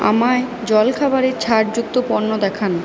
আমায় জলখাবারের ছাড় যুক্ত পণ্য দেখান